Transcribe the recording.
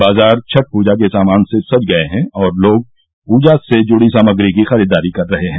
बाजार छठ पूंजा के सामान से सज गये हैं और लोग पूंजा से जुड़ी सामग्री की खरीददारी कर रहे हैं